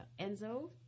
Enzo